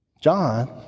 John